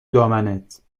دامنت